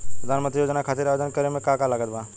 प्रधानमंत्री योजना खातिर आवेदन करे मे का का लागत बा?